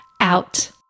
out